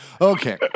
okay